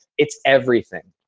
it's everything.